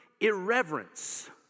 Irreverence